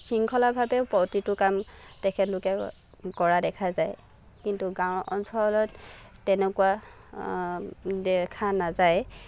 শৃংখলাভাৱে প্ৰতিটো কাম তেখেতলোকে কৰা দেখা যায় কিন্তু গাঁও অঞ্চলত তেনেকুৱা দেখা নাযায়